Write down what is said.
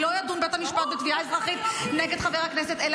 וכי לא ידון בית המשפט בתביעה אזרחית נגד חבר הכנסת -- ברור,